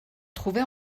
trouvait